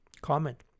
Comment